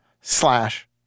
slash